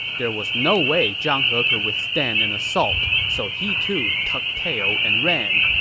there was no way zhang he could withstand an assault, so he, too, tucked tail and ran.